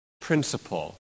principle